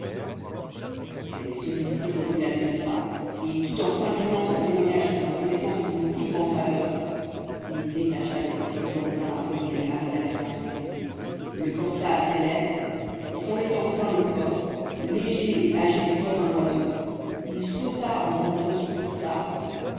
mais celui-ci recula de deux pas et tout en s'inclinant en témoignage de sa reconnaissance pour une si grande faveur il détacha le petit ruban blanc avec lequel marie l'avait pansé le porta à ses lèvres et s'en étant ceint le corps léger et agile comme un oiseau il sauta en brandissant son petit sabre